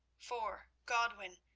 for, godwin,